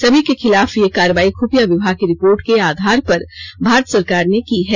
सभी के खिलाफ यह कार्रवाई खुफिया विभाग की रिपोर्ट के आधार पर भारत सरकार ने की है